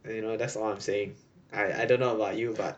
and you know that's what I'm saying I I don't know about you but